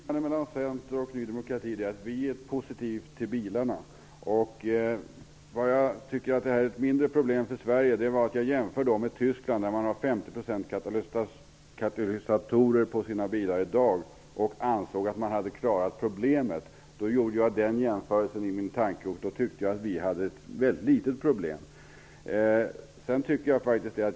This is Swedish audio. Herr talman! Skillnaden mellan Centern och Ny demokrati är att vi är positivt inställda till bilarna. Anledningen till att jag tyckte att detta var ett mindre problem för Sverige var att jag jämförde med förhållandena i Tyskland, där man har 50 % katalysatorsrening i dag och anser att man därmed har klarat problemet. I min tanke gjorde jag den jämförelsen och tyckte då att vi har ett väldigt litet problem.